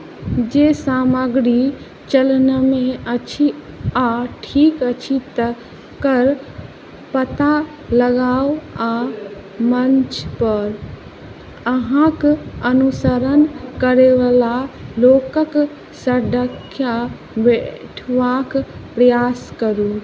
जे सामग्री चलनमे अछि आ ठीक अछि तकर पता लगाउ आ मञ्च पर अहाँक अनुसरण करैवला लोकक सङ्ख्या बढ़ेबाक प्रयास करू